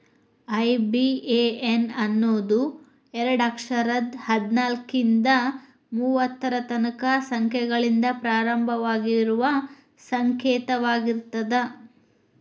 IBAN ಅನ್ನೋದು ಎರಡ ಅಕ್ಷರದ್ ಹದ್ನಾಲ್ಕ್ರಿಂದಾ ಮೂವತ್ತರ ತನಕಾ ಸಂಖ್ಯೆಗಳಿಂದ ಪ್ರಾರಂಭವಾಗುವ ಸಂಕೇತವಾಗಿರ್ತದ